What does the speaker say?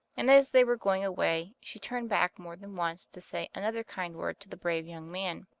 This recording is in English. and as they were going away, she turned back more than once to say another kind word to the brave young man.